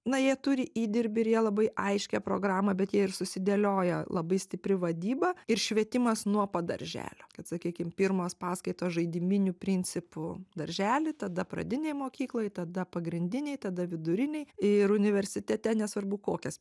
na jie turi įdirbį ir jie labai aiškią programą bet jie ir susidėliojo labai stipri vadyba ir švietimas nuo pat darželio kad sakykim pirmos paskaitos žaidybiniu principu daržely tada pradinėj mokykloj tada pagrindinėj tada vidurinėj ir universitete nesvarbu kokias